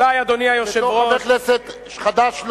בתור חבר כנסת חדש,